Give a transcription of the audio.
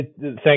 Thank